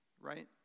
Right